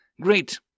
Great